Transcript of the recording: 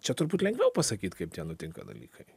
čia turbūt lengviau pasakyt kaip tie nutinka dalykai